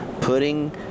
Putting